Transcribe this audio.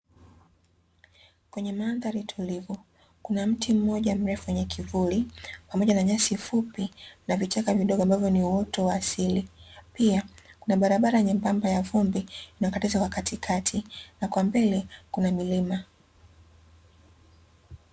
Kwenye mandhari tulivu kuna mti mmoja mrefu wenye kivuli, pamoja na nyasi fupi na vichaka vidogo ambavyo ni uoto wa asili, pia kuna barabara nyembamba ya vumbi inayokatiza kwa katikati na kwa mbele kuna milima.